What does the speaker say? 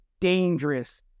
dangerous